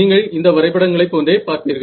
நீங்கள் எந்த வரைபடங்களை போன்றே பார்ப்பீர்கள்